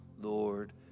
Lord